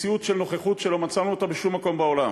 מציאות של נוכחות שלא מצאנו אותה בשום מקום בעולם,